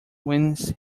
wins